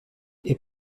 est